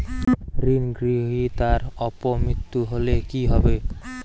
ঋণ গ্রহীতার অপ মৃত্যু হলে কি হবে?